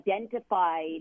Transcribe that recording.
identified